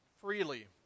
freely